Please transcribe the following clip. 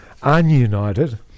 Ununited